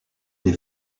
des